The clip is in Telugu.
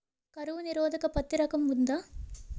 కరువు నిరోధక పత్తి రకం ఉందా?